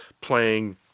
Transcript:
playing